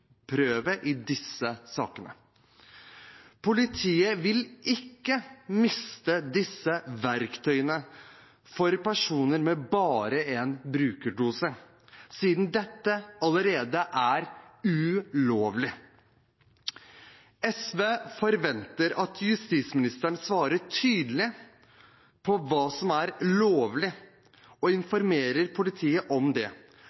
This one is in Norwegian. i disse sakene. Politiet vil ikke miste disse verktøyene for personer med bare en brukerdose siden dette allerede er ulovlig. SV forventer at justisministeren svarer tydelig på hva som er lovlig, og informerer politiet om det.